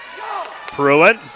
Pruitt